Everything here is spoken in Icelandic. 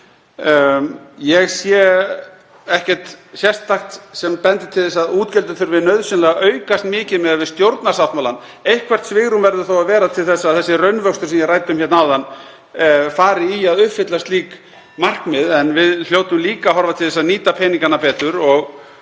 Ég sé ekkert sérstakt sem bendir til þess að útgjöldin þurfi nauðsynlega aukast mikið miðað við stjórnarsáttmálann. Eitthvert svigrúm verður þó að vera til þess að þessi raunvöxtur, sem ég ræddi um hérna áðan, fari í að uppfylla slík markmið. En við hljótum líka að horfa til þess að nýta peningana betur og